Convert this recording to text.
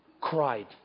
cried